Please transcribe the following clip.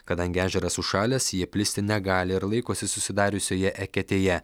kadangi ežeras užšalęs jie plisti negali ir laikosi susidariusioje eketėje